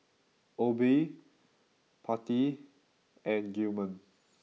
Obie Patti and Gilman